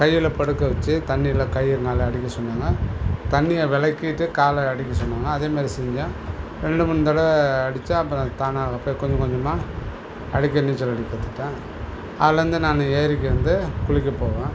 கையில் படுக்க வெச்சு தண்ணியில் கை நல்லா அடிக்க சொன்னாங்க தண்ணியை விலக்கிட்டு காலில் அடிக்க சொன்னாங்க அதேமாதிரி செஞ்சேன் ரெண்டு மூணு தடவை அடித்தேன் அப்புறம் தானாக போய் கொஞ்சம் கொஞ்சமாக அடிக்க நீச்சல் அடிக்க கற்றுக்கிட்டேன் அதில் இருந்து நான் ஏரிக்கு வந்து குளிக்க போவேன்